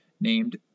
named